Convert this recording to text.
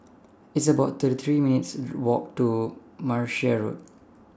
It's about thirty three minutes' Walk to Martia Road